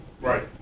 Right